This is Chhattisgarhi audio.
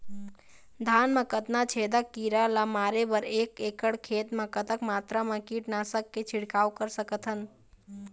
धान मा कतना छेदक कीरा ला मारे बर एक एकड़ खेत मा कतक मात्रा मा कीट नासक के छिड़काव कर सकथन?